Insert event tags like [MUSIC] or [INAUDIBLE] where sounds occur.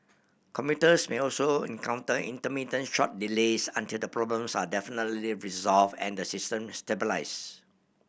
commuters may also encounter intermittent short delays until the problems are [UNINTELLIGIBLE] resolve and the system stabilise